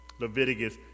Leviticus